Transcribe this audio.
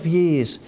years